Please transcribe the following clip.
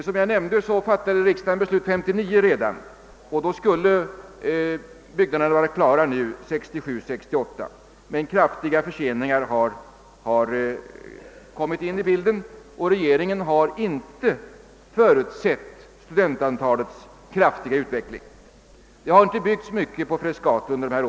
Som jag nämnde fattade riksdagen beslut redan år 1959. Byggnaderna avsågs då vara klara 1967—1968, men kraftiga förseningar har kommit in i bilden. Regeringen har inte heller förutsett studentantalets hastiga utveckling. Det har inte byggts mycket på Frescati under dessa år.